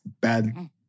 bad